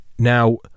Now